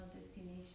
destination